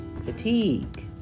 fatigue